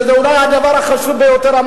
שזה אולי הדבר החשוב ביותר,